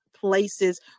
places